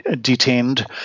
detained